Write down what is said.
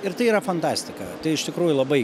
ir tai yra fantastika tai iš tikrųjų labai